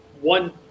one